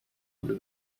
under